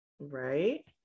right